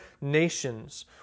nations